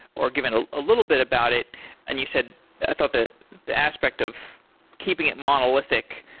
or given a ah little bit about it and you said i thought the the aspect of keeping it monolithic,